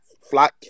Flat